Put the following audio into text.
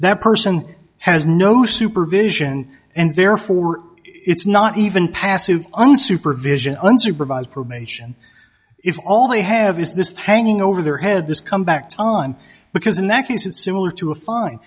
that person has no supervision and therefore it's not even passive unsupervised unsupervised probation if all they have is this hanging over their head this comeback time because in that case it's similar to a fine